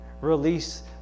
release